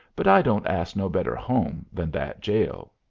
but i don't ask no better home than that jail.